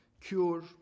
cure